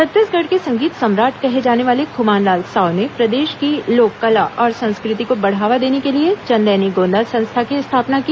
छत्तीसगढ़ के संगीत सम्राट कहे जाने वाले खुमानलाल साव ने प्रदेश की लोक कला और संस्कृति को बढ़ावा देने के लिए चंदैनी गोंदा संस्था की स्थापना की